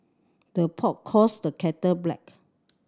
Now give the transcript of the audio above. the pot calls the kettle black